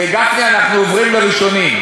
גפני, אנחנו עוברים לראשונים.